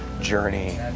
journey